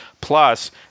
Plus